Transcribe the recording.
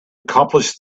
accomplish